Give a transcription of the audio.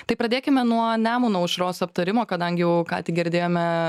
tai pradėkime nuo nemuno aušros aptarimo kadangi jau ką tik girdėjome